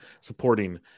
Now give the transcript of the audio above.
supporting